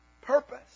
purpose